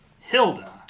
Hilda